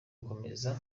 akomeza